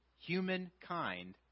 humankind